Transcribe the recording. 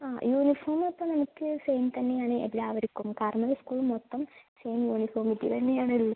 ആ യൂണിഫോമൊക്കെ നമുക്ക് സെയിം തന്നെയാണ് എല്ലാവർക്കും കാരണം സ്കൂൾ മൊത്തം സെയിം യൂണിഫോമിട്ടു തന്നെയാണ്